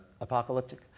apocalyptic